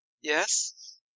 Yes